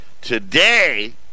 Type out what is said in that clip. Today